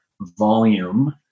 volume